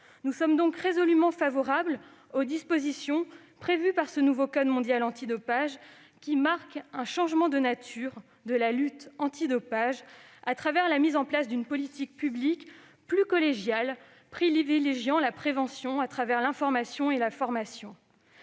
Nous sommes donc résolument favorables aux dispositions prévues par ce nouveau code mondial antidopage, qui marque un changement de nature de la lutte antidopage, au travers de la mise en place d'une politique publique plus collégiale privilégiant la prévention grâce à l'information et à la formation.